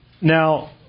now